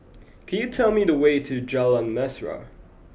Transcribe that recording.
could you tell me the way to Jalan Mesra